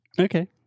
Okay